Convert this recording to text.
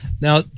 Now